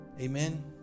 Amen